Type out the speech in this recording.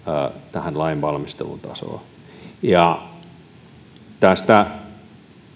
tähän lainvalmistelun tasoon tästä